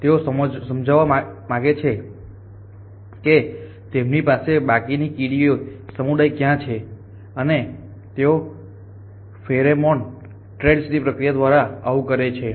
તેઓ સમજાવવા માંગે છે કે તેમની પાસે બાકીના કીડી સમુદાય ક્યાં છે અને તેઓ ફેરોમોન ટ્રેલ્સની પ્રક્રિયા દ્વારા આવું કરે છે